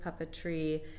puppetry